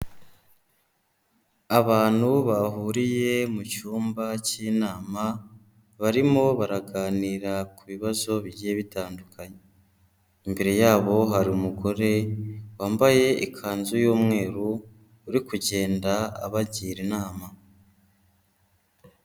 Abantu bahuriye mu cyumba cy'inama barimo baraganira ku bibazo bigiye bitandukanye, imbere yabo hari umugore wambaye ikanzu y'umweru uri kugenda abagira inama.